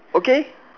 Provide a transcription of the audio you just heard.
okay